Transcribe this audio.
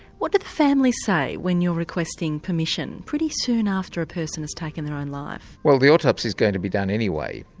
what do the families say when you're requesting permission pretty soon after a person's taken their own life? well the autopsy's going to be done anyway,